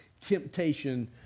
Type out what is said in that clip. temptation